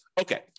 Okay